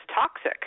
toxic